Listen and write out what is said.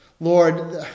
Lord